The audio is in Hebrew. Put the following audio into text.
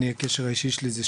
הקשר האישי שלי עם הנושא הזה,